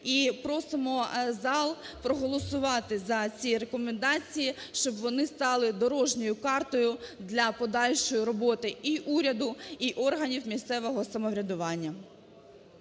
і просимо зал проголосувати за ці рекомендації, щоб вони стали дорожньою картою для подальшої роботи і уряду, і органів місцевого самоврядування.